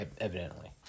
evidently